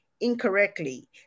incorrectly